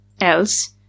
else